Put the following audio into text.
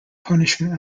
punishment